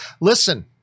Listen